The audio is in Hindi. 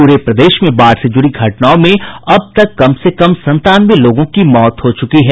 पूरे प्रदेश में बाढ़ से जुड़ी घटनाओं में अब तक कम से कम संतानवे लोगों की मौत हो चुकी है